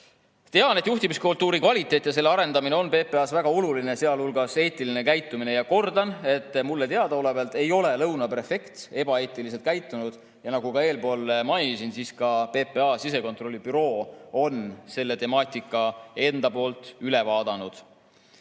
Tean, et juhtimiskultuuri kvaliteet ja selle arendamine on PPA-s väga oluline, sealhulgas eetiline käitumine. Ja kordan, et mulle teadaolevalt ei ole Lõuna prefekt ebaeetiliselt käitunud. Nagu eespool mainisin, ka PPA sisekontrolli büroo on selle teema üle vaadanud.